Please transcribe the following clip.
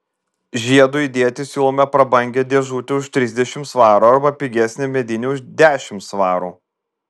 žiedui įdėti siūlome prabangią dėžutę už trisdešimt svarų arba pigesnę medinę už dešimt svarų